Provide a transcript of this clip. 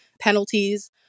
Penalties